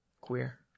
Queer